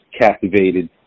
captivated